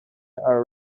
are